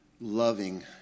loving